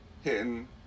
hitting